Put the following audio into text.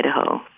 Idaho